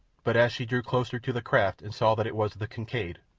but as she drew closer to the craft and saw that it was the kincaid,